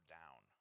down